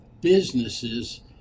businesses